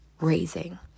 raising